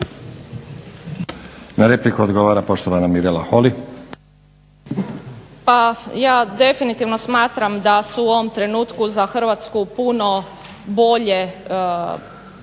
Na repliku odgovara poštovana Mirela Holy. **Holy, Mirela (SDP)** Pa ja definitivno smatram da su u ovom trenutku za Hrvatsku puno bolje